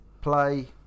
play